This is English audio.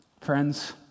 Friends